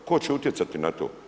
Tko će utjecati na to?